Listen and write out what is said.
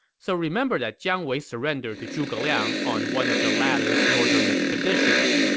so remember that jiang wei surrendered to zhuge liang on one of the latter's northern expeditions.